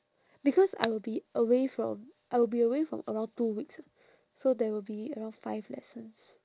because I will be away from I will be away for around two weeks ah so there will be around five lessons